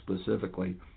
specifically